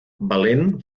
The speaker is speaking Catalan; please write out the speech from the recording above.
valent